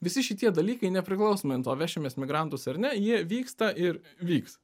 visi šitie dalykai nepriklausomai nuo to vešimės migrantus ar ne jie vyksta ir vyks